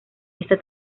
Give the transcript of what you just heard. esta